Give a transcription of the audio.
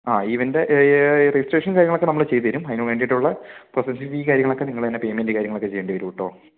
ആ ഇതിൻ്റെ രജിസ്ട്രേഷൻ കാര്യങ്ങളക്കെ നമ്മൾ ചെയ്ത് തരും അതിന് വേണ്ടീട്ടൊള്ള പ്രോസസിങ് ഫീ കാര്യങ്ങളൊക്കെ നിങ്ങൾ തന്നെ ടീമിൻ്റെ കാര്യങ്ങളൊക്കെ ചെയ്യണ്ടി വരൂട്ടോ